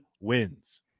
wins